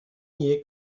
nier